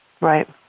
Right